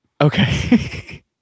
Okay